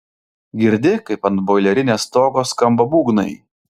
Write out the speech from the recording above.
girdi kaip ant boilerinės stogo skamba būgnai